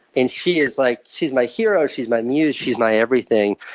and she's like she's my hero she's my muse she's my everything.